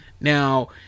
Now